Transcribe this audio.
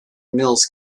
mills